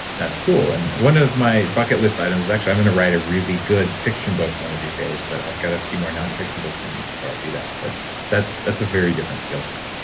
that's cool and one of my bucket list items is actual i'm going to write a really good fiction book one of these days but i've got a few more non-fiction books in me before i do that. but that's that's a very different skill set